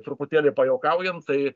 truputėlį pajuokaujam tai